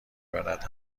برد